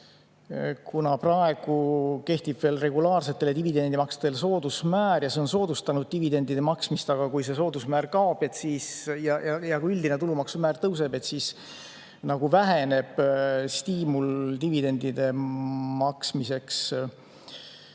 et praegu kehtib regulaarsetele dividendimaksetele veel soodusmäär ja see on soodustanud dividendide maksmist, aga kui see soodusmäär kaob ja üldine tulumaksumäär tõuseb, siis väheneb stiimul dividendide maksmiseks.